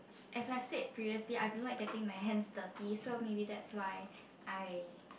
as I said previously I don't like getting my hands dirty so maybe that's why I